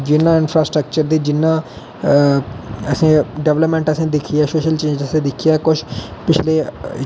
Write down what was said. जिन्ना infrastructure ते जिन्ना असें डिवैलपमेंट असें दिक्खी ऐ सोशल चीज असें दिक्खी ऐ कुछ पिछले